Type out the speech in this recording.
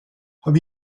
have